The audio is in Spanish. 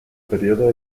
periodo